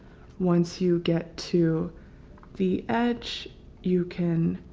once you get to the edge you can.